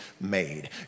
made